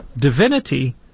Divinity